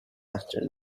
after